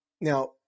now